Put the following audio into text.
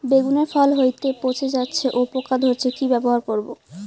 বেগুনের ফল হতেই পচে যাচ্ছে ও পোকা ধরছে কি ব্যবহার করব?